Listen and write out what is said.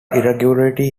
irregularity